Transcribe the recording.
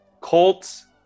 Colts